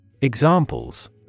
Examples